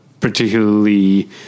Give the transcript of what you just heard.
particularly